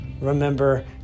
Remember